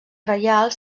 reial